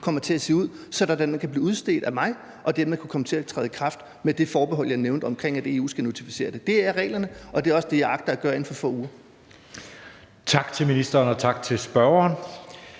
kommer til at se ud, så den kan blive udstedt af mig og dermed komme til at træde i kraft – med det forbehold, jeg nævnte, om, at EU skal notificeres. Det er reglerne, og det er også det, jeg agter at gøre inden for få uger.